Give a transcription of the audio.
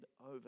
over